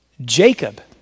Jacob